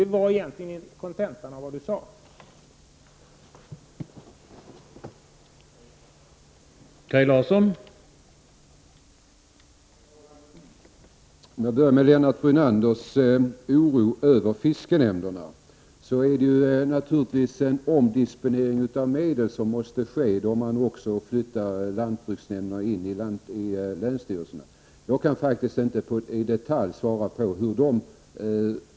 Det var egentligen kontentan i det som Kaj Larsson sade.